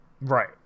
Right